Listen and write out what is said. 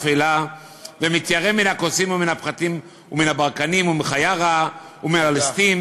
ואפלה ומתיירא מן הקוצים ומן הפחתים ומן הברקנים ומחיה רעה ומן הליסטין"